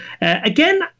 Again